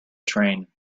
train